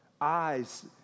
eyes